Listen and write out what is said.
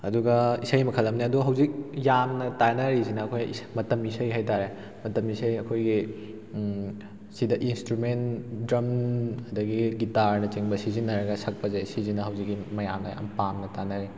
ꯑꯗꯨꯒ ꯏꯁꯩ ꯃꯈꯜ ꯑꯃꯅꯦ ꯑꯗꯨ ꯍꯧꯖꯤꯛ ꯌꯥꯝꯅ ꯇꯥꯟꯅꯔꯤꯁꯤꯅ ꯑꯩꯈꯣꯏ ꯃꯇꯝ ꯏꯁꯩ ꯍꯥꯏꯇꯥꯔꯦ ꯃꯇꯝ ꯏꯁꯩ ꯑꯩꯈꯣꯏꯒꯤ ꯁꯤꯗ ꯏꯁꯇ꯭ꯔꯨꯃꯦꯟ ꯗ꯭ꯔꯝ ꯑꯗꯨꯗꯒꯤ ꯒꯤꯇꯥꯔꯅꯆꯤꯡꯕ ꯁꯤꯖꯤꯟꯅꯔꯒ ꯁꯛꯄꯁꯦ ꯁꯤꯁꯤꯅ ꯍꯧꯖꯤꯛꯇꯤ ꯃꯌꯥꯝꯅ ꯌꯥꯝꯅ ꯄꯥꯝꯅ ꯇꯥꯅꯔꯦ